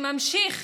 שממשיך